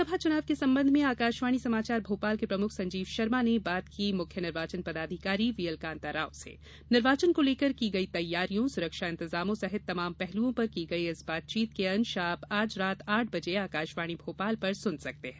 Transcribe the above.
लोकसभा चुनाव के संबंध में आकाशवाणी समाचार भोपाल के प्रमुख संजीव शर्मा ने बात की मुख्य निर्वाचन पदाधिकारी वीएल कांताराव से निर्वाचन को लेकर की गई तैयारियों सुरक्षा इंतजामों सहित तमाम पहलुओं पर की गई इस बातचीत के अंश आप आज रात आठ बजे आकाशवाणी भोपाल पर सुन सकते हैं